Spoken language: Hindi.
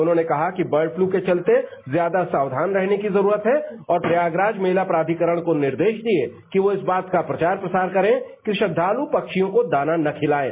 उन्होंने कहा कि बर्ड फ्लू के चलते ज्यादा सावधान रहने की जरूरत है और प्रयागराज मेला प्राधिकरण को निर्देश दिये कि वो इस बात का प्रचार प्रसार करें कि श्रद्धालु पक्षियो को दाना न खिलायें